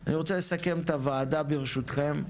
אני רוצה לסכם את הוועדה ברשותכם.